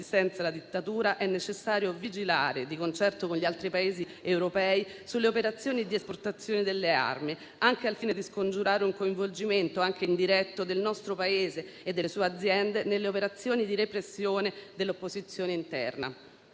alla dittatura, è necessario vigilare - di concerto con gli altri Paesi europei - sulle operazioni di esportazione delle armi, anche al fine di scongiurare un coinvolgimento, anche indiretto, del nostro Paese e delle sue aziende nelle operazioni di repressione dell'opposizione interna.